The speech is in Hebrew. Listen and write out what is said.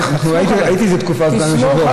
הייתי איזה תקופה סגן היושב-ראש.